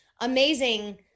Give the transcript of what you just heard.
amazing